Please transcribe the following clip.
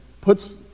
Puts